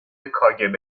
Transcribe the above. کاگب